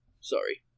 sorry